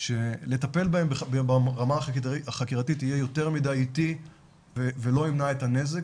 לטפל בהם ברמה החקירתית יהיה יותר מדי איטי ולא ימנע את הנזק,